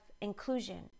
inclusion